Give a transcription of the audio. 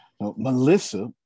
Melissa